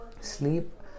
sleep